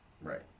right